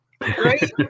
right